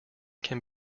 can